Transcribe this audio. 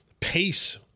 pace